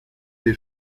des